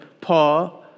Paul